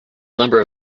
number